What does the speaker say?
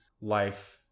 life